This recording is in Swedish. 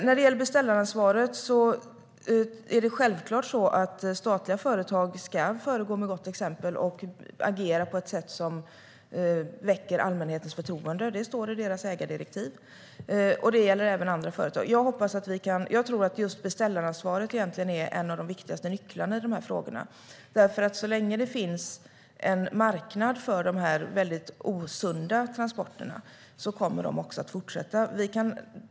När det gäller beställaransvaret är det självklart så att statliga företag ska föregå med gott exempel och agera på ett sätt som väcker allmänhetens förtroende. Det står i deras ägardirektiv. Det gäller även andra företag. Jag tror att just beställaransvaret egentligen är en av de viktigaste nycklarna i de här frågorna; så länge det finns en marknad för dessa väldigt osunda transporter kommer de också att fortsätta.